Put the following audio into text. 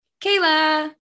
Kayla